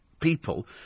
people